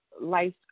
life